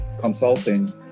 consulting